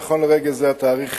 נכון לרגע זה, התאריך